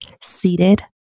seated